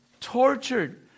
tortured